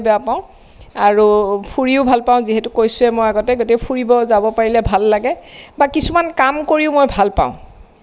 আৰু ফুৰিও ভাল পাওঁ যিহেতু কৈছোয়ে মই আগতে গতিকে ফুৰিব যাব পাৰিলে ভাল লাগে বা কিছুমান কাম কৰিও মই ভাল পাওঁ